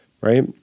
right